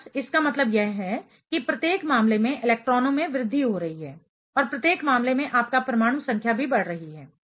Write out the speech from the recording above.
बस इसका मतलब यह है कि प्रत्येक मामले में इलेक्ट्रॉनों में वृद्धि हो रही है और प्रत्येक मामले में आपका परमाणु संख्या भी बढ़ रही है